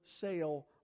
sale